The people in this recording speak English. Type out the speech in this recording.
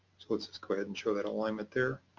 let's let's go ahead and show that alignment there.